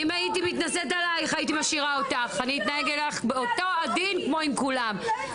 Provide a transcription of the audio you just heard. תעזבו אותי.